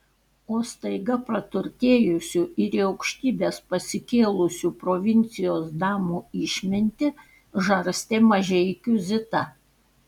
o staiga praturtėjusių ir į aukštybes pasikėlusių provincijos damų išmintį žarstė mažeikių zita